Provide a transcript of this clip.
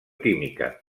química